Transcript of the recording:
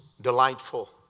delightful